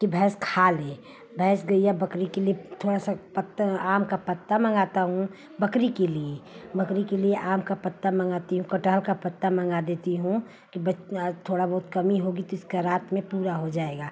कि भैंस खा ले भैंस गैया बकरी के लिए थोड़ा सा पत्ता आम का पत्ता मँगाती हूँ बकरी के लिए बकरी के लिए आम का पत्ता मँगाती हूँ कटहल का पत्ता मँगा देती हूँ कि थोड़ी बहुत कमी होगी तो इसकी रात में पूरी हो जाएगी